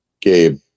Gabe